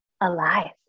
alive